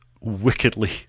wickedly